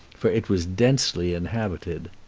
for it was densely inhabited.